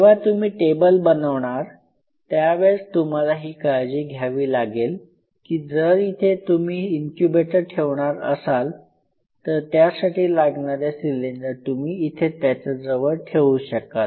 जेव्हा तुम्ही टेबल बनवणार आहात त्यावेळेस तुम्हाला ही काळजी घ्यावी लागेल की जर इथे तुम्ही इनक्यूबेटर ठेवणार असाल तर त्यासाठी लागणारे सिलेंडर तुम्ही इथे त्याच्याजवळ ठेवू शकाल